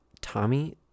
Tommy